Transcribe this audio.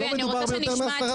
ולא מדובר על יותר מ- 10,